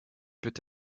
peut